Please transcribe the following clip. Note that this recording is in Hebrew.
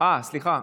אינה נוכחת,